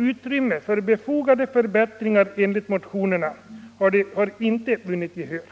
Utrymme för befogade förbättringar enligt motionerna har inte givits.